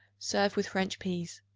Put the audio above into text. serve with french peas.